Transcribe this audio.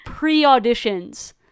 pre-auditions